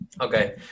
Okay